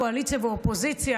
קואליציה ואופוזיציה,